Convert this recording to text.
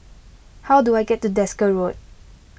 how do I get to Desker Road